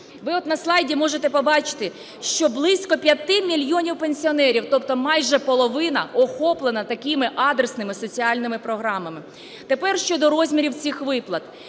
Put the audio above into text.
Ви от на слайді можете побачити, що близько 5 мільйонів пенсіонерів, тобто майже половина, охоплена такими адресними соціальними програмами. Тепер щодо розмірів цих виплат.